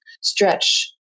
stretch